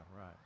right